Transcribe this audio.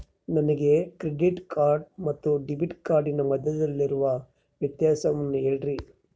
ನನಗೆ credit card ಮತ್ತು debit ಕಾರ್ಡಿನ ಮಧ್ಯದಲ್ಲಿರುವ ವ್ಯತ್ಯಾಸವನ್ನು ಹೇಳ್ರಿ?